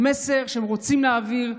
המסר שהם רוצים להעביר: